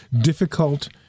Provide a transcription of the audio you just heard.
difficult